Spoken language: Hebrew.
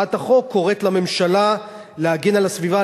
הצעת החוק קוראת לממשלה להגן על הסביבה